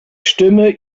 stimme